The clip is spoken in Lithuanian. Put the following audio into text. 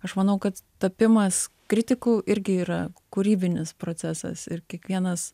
aš manau kad tapimas kritiku irgi yra kūrybinis procesas ir kiekvienas